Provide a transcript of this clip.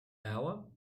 hour